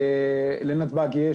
לנתב"ג יש